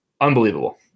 unbelievable